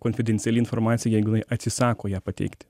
konfidenciali informacija jeigu jinai atsisako ją pateikti